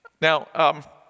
Now